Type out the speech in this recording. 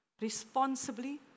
responsibly